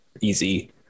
easy